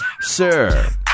sir